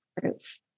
proof